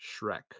Shrek